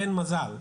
אין מזל.